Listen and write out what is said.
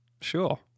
sure